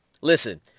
listen